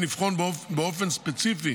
וכן לבחון באופן ספציפי